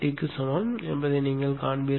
க்கு சமம் என்பதை நீங்கள் காண்பீர்கள்